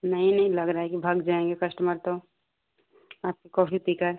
नही नही लग रहा है कि भाग जाऍंगे कश्टमर तो आपके कॉफ़ी पीकर